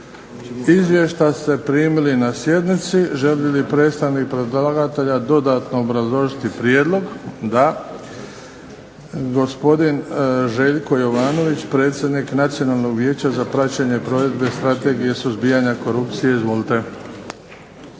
Izvješća ste primili na sjednici. Želi li predstavnik predlagatelja dodatno obrazložiti prijedlog? Da. Gospodin Željko Jovanović, predsjednik Nacionalnog vijeća za praćenje provedbe Strategije suzbijanja korupcije. Izvolite.